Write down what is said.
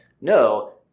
no